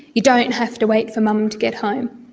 you don't have to wait for mum to get home.